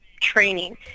training